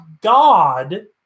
God